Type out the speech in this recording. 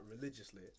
religiously